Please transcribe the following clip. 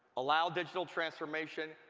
allow digital transformation,